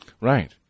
Right